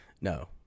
no